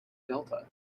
delta